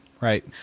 right